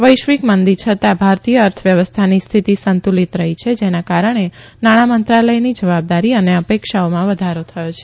વૈશ્વિક મંદી છતાં ભારતીય અર્થવ્યવસ્થાની સ્થિતિ સંતુલિત રહી છે જેના કારણે નાણાં મંત્રાલયની જવાબદારી અને અપેક્ષાઓમાં વધારો થયો છે